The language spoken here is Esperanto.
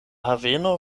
haveno